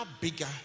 bigger